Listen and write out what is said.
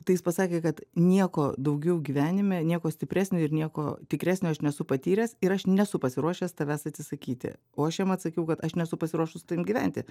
tai jis pasakė kad nieko daugiau gyvenime nieko stipresnio ir nieko tikresnio aš nesu patyręs ir aš nesu pasiruošęs tavęs atsisakyti o aš jam atsakiau kad aš nesu pasiruošus su tavim gyventi